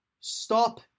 Stop